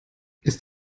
ist